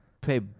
play